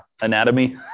anatomy